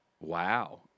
Wow